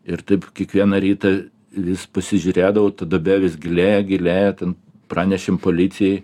ir taip kiekvieną rytą vis pasižiūrėdavau ta duobė vis gilėja gilėja ten pranešėm policijai